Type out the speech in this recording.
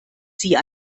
sie